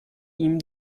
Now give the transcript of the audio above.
ihm